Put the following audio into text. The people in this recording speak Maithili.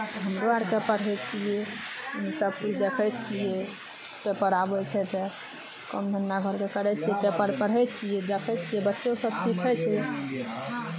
हमरो आरके पढ़ैत छियै ओहिमे सभकिछु देखै छियै पेपर आबै छै तऽ काम धन्धा करि कऽ करै छियै पेपर पढ़ै छियै देखै छियै बच्चोसभ सीखै छै